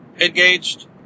engaged